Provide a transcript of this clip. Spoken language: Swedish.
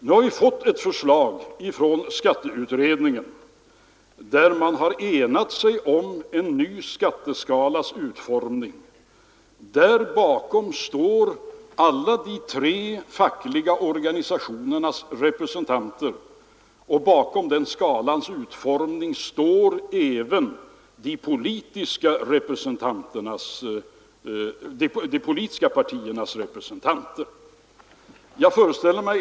Nu har vi fått ett förslag från skatteutredningen, som har enats om utformningen av en ny skatteskala. Där bakom står alla de tre fackliga organisationernas representanter och även de politiska partiernas representanter.